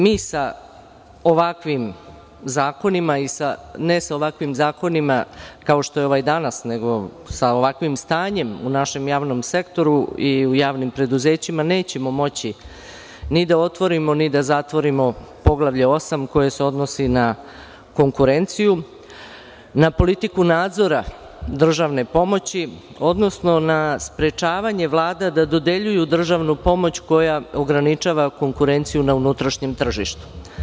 Mi sa ovakvim zakonima, ne sa ovakvim zakonima kao što je ovaj danas, nego sa ovakvim stanjem u našem javnom sektoru i u javnim preduzećima, nećemo moći ni da otvorimo ni da zatvorimo Poglavlje VIII, koje se odnosi na konkurenciju, na politiku nadzora državne pomoći, odnosno na sprečavanje vlada da dodeljuju državnu pomoć koja ograničava konkurenciju na unutrašnjem tržištu.